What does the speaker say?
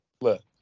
Look